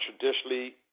traditionally